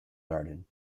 garden